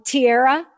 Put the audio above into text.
Tierra